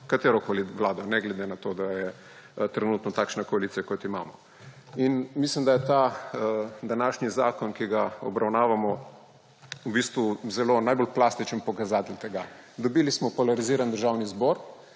katerokoli vlado, ne glede na to, da je trenutno takšna koalicija, kot jo imamo. In mislim, da je ta današnji zakon, ki ga obravnavamo, v bistvu najbolj plastičen pokazatelj tega. Dobili smo polariziran Državni zbor,